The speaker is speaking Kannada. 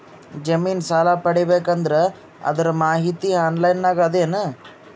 ಜಮಿನ ಸಾಲಾ ಪಡಿಬೇಕು ಅಂದ್ರ ಅದರ ಮಾಹಿತಿ ಆನ್ಲೈನ್ ನಾಗ ಅದ ಏನು?